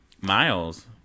Miles